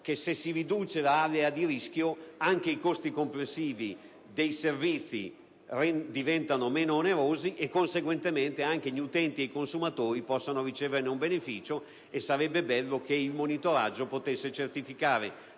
che, se si riduce l'area di rischio, anche i costi complessivi dei servizi diventano meno onerosi e, conseguentemente, anche gli utenti e i consumatori possono riceverne un beneficio. Sarebbe bello che il monitoraggio potesse certificare,